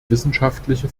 wissenschaftliche